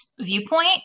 viewpoint